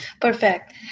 Perfect